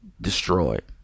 destroyed